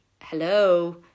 hello